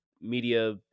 media